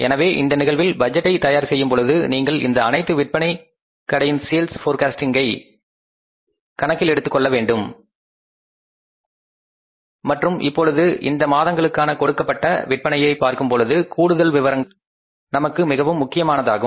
எனவே இந்த நிகழ்வில் பட்ஜெட்டை தயார் செய்யும்பொழுது நீங்கள் இந்த அனைத்து விற்பனை கடையின் சேல்ஸ் போர்க்காஸ்ட்டிங்கை கணக்கிலெடுத்துக் கொள்ள வேண்டும் மற்றும் இப்பொழுது இந்த மாதங்களுக்கான கொடுக்கப்பட்ட விற்பனையை பார்க்கும் பொழுது கூடுதல் விவரங்களும் நமக்கு மிகவும் முக்கியமானதாகும்